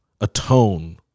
atone